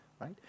right